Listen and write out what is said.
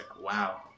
wow